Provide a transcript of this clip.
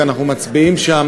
כי אנחנו מצביעים שם